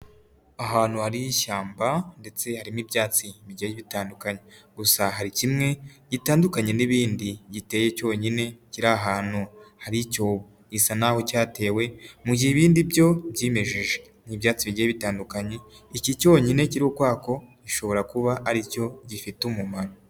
Ahantu hari h'ishyamba ndetse harimo ibyatsi bigenda bitandukanye. Gusa hari kimwe gitandukanye n'ibindi giteye cyonyine kiri ahantutu hari icyobo gisa naho cyatewe mu gihe ibindi byo byimejeje nibyatugiye bitandukanye iki cyonyine cy'urukwako ishobora kuba ari cyo gifite umumaro.